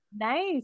nice